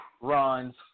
runs